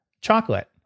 chocolate